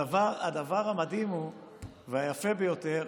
הדבר המדהים והיפה ביותר